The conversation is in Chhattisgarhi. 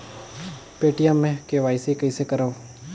पे.टी.एम मे के.वाई.सी कइसे करव?